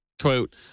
Quote